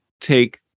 take